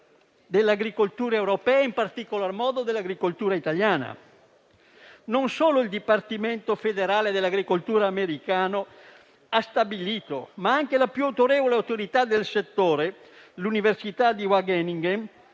dell'agricoltura europea, in particolar modo dell'agricoltura italiana. Non solo il Dipartimento federale dell'agricoltura americano ha stabilito, ma anche la più autorevole autorità del settore, l'università di Wageningen,